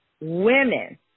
women